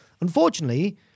Unfortunately